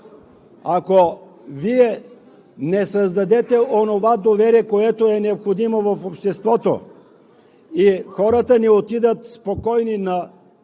ако Вие не създадете онова доверие, което е необходимо в обществото и хората не отидат спокойни до